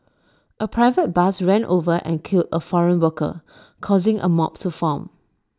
A private bus ran over and killed A foreign worker causing A mob to form